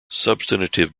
substantive